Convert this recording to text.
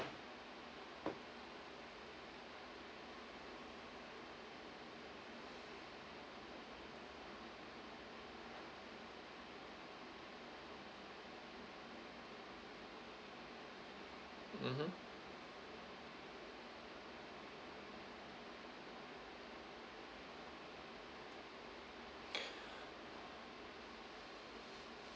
mmhmm